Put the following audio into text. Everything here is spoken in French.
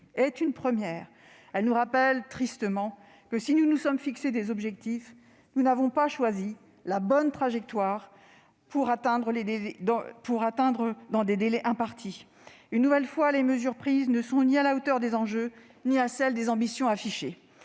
est une première. Elle nous rappelle tristement que, si nous nous sommes fixé des objectifs, nous n'avons pas emprunté la bonne trajectoire pour les atteindre dans les délais impartis. Une nouvelle fois, les mesures prises ne sont ni à la hauteur des enjeux ni à celle des ambitions affichées.